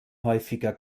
häufiger